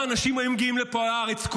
כמה אנשים היו מגיעים לפה לארץ,